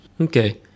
Okay